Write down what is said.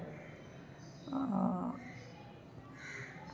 हां